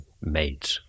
made